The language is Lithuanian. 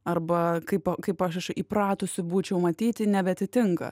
arba kaip kaip aš įpratusi būčiau matyti nebeatitinka